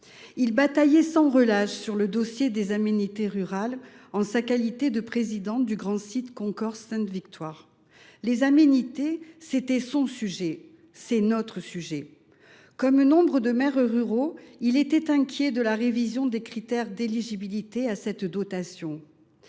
Il bataillait sans relâche sur le dossier des aménités rurales, en sa qualité de président du grand site Concors Sainte Victoire. Les aménités, c’était son sujet ; c’est notre sujet. Comme nombre de maires ruraux, il était inquiet de la révision des critères d’éligibilité à la dotation